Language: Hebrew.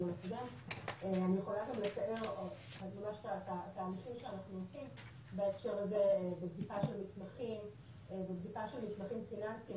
דבר זה בא לידי ביטוי בבדיקה של מסמכים פיננסיים,